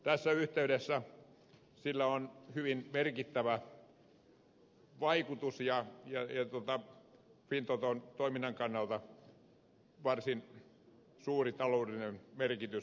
tässä yhteydessä sillä on hyvin merkittävä vaikutus ja fintoton toiminnan kannalta varsin suuri taloudellinen merkitys